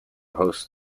hosts